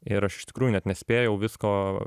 ir aš iš tikrųjų net nespėjau visko